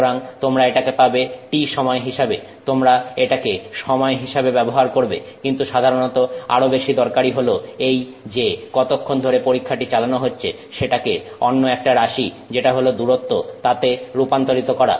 সুতরাং তোমরা এটাকে পাবে t সময় হিসাবে তোমরা এটাকে সময় হিসাবে ব্যবহার করবে কিন্তু সাধারণত আরো বেশি দরকারি হল এই যে কতক্ষণ ধরে পরীক্ষাটি চালানো হচ্ছে সেটাকে অন্য একটা রাশি যেটা হল দূরত্ব তাতে রূপান্তরিত করা